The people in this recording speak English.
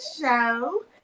show